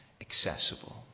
accessible